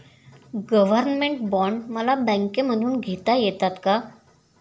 Government bond मला बँकेमधून घेता येतात का?